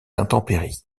intempéries